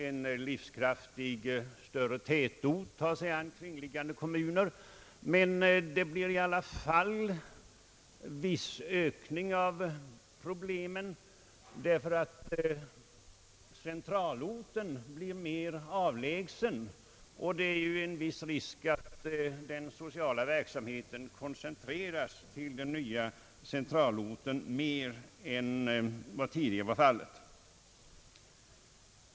En livskraftig tätort kan ta sig an kringliggande kommuner, men problemet kommer i alla fall att öka i viss utsträckning, därför att centralorten blir mer avlägsen. En viss risk är ju att den sociala verksamheten koncentreras till den nya centralorten mer än vad tidigare har varit fallet.